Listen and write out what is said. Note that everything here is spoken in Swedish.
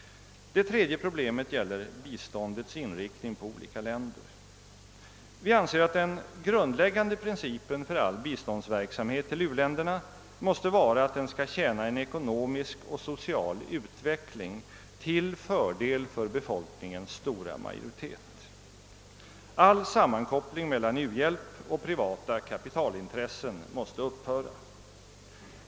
Det tredje problemet gäller biståndets inriktning på olika länder. Vi anser att den grundläggande principen för all biståndsverksamhet till u-länderna måste vara att den skall tjäna en ekonomisk och social utveckling till fördel för befolkningens stora majoritet. All sammankoppling mellan u-hjälp och privata kapitalintressen måste upphöra.